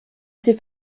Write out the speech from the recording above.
ses